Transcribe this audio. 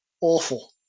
awful